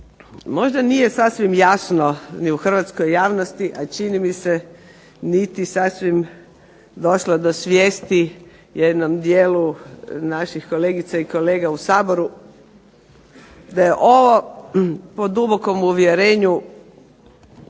Možda nije sasvim jasno ni u hrvatskoj javnosti, a čini mi se niti sasvim došlo do svijesti jednom dijelu naših kolegica i kolega u Saboru da je ovo po dubokom uvjerenju